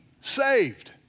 saved